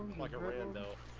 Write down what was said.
like orion no